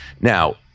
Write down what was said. Now